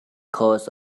cause